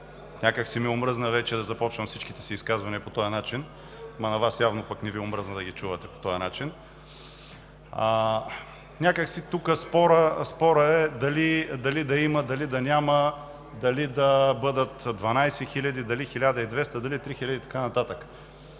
Някак си ми омръзна вече да започвам всичките си изказвания по този начин, но на Вас явно не Ви омръзна да ги чувате по този начин. Тук спорът е дали да има, дали да няма, дали да бъдат 12 хиляди, дали 1200, дали 3000 и така нататък.